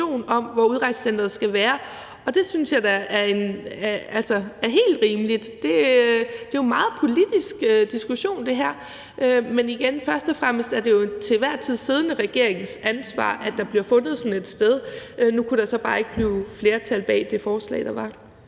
om, hvor udrejsecenteret skal være, og det synes jeg da er helt rimeligt. Det her er jo en meget politisk diskussion. Men igen er det jo først og fremmest den til enhver tid siddende regerings ansvar, at der bliver fundet sådan et sted. Nu kunne der så bare ikke blive flertal bag det forslag, der var.